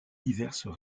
diverses